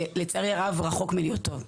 שלצערי הרב רחוק מלהיות טוב.